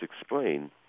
explain